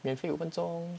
免费五分钟